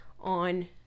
on